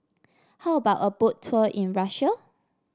how about a Boat Tour in Russia